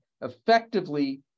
effectively